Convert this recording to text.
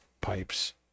pipes